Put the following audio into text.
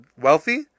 wealthy